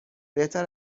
بهتر